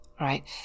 Right